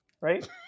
right